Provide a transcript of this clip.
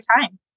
time